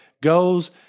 goes